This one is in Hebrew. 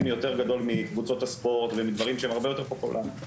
היותר גדול מקבוצות הספורט ודברים שהם יותר פופולריים,